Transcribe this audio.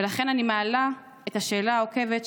ולכן אני מעלה את השאלה העוקבת,